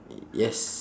yes